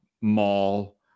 mall